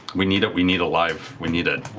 we need we need alive, we need ah